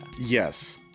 Yes